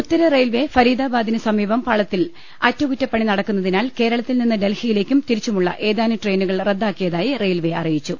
ഉത്തര railway ഫരീദാബാദിനു സമീപം പാളത്തിൽ അറ്റകുറ്റ പ്പണി നടക്കുന്നതിനാൽ കേരളത്തിൽനിന്ന് ഡൽഹിയിലേക്കും തിരിച്ചു മുള്ള ഏതാനും ട്രെയിനുകൾ റദ്ദാക്കിയതായി റെയിൽവേ അറിയിച്ചു